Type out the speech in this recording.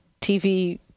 TV